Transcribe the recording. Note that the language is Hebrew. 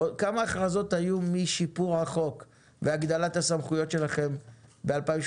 כמה הכרזות היו משיפור החוק והגדלת הסמכויות שלכם ב-2018?